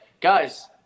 guys